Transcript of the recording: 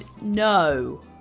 no